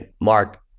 Mark